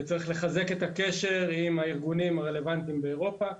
וצריך לחזק את הקשר עם הארגונים הרלוונטיים באירופה,